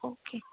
okay